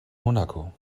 monaco